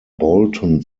bolton